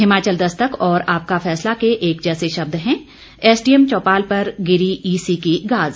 हिमाचल दस्तक और आपका फैसला के एक जैसे शब्द हैं एसडीएम चौपाल पर गिरी ईसी की गाज